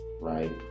right